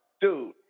dude